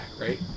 right